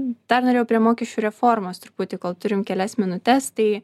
dar norėjau prie mokesčių reformos truputį kol turim kelias minutes tai